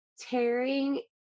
tearing